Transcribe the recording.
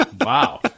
Wow